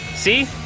See